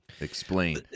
Explain